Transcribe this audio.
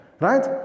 Right